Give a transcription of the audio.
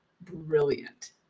brilliant